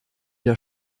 der